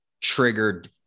triggered